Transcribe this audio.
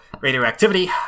radioactivity